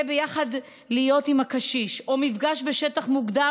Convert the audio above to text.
להיות יחד עם הקשיש או מפגש בשטח מוגדר,